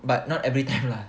but not every time lah